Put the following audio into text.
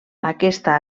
aquesta